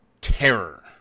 terror